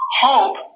hope